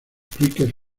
cricket